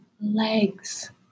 legs